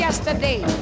Yesterday